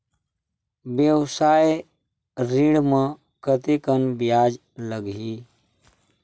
व्यवसाय ऋण म कतेकन ब्याज लगही?